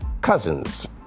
cousins